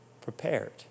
prepared